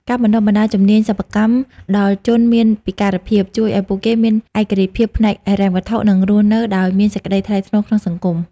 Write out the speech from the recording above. ការបណ្ដុះបណ្ដាលជំនាញសិប្បកម្មដល់ជនមានពិការភាព ជួយឱ្យពួកគេមានឯករាជ្យភាពផ្នែកហិរញ្ញវត្ថុ និងរស់នៅដោយមានសេចក្ដីថ្លៃថ្នូរក្នុងសង្គម។